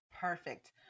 Perfect